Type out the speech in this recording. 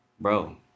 bro